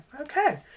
Okay